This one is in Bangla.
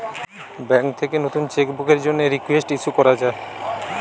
ব্যাঙ্ক থেকে নতুন চেক বুকের জন্যে রিকোয়েস্ট ইস্যু করা যায়